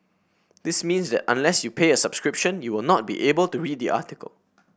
this means that unless you pay a subscription you will not be able to read the article